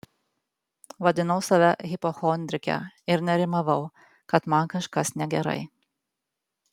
vadinau save hipochondrike ir nerimavau kad man kažkas negerai